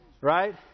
Right